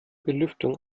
belüftung